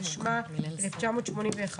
התשמ"א-1981,